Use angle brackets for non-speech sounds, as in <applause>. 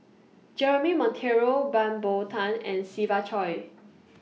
Jeremy Monteiro <unintelligible> Bow Tan and Siva Choy